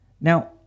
Now